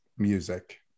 music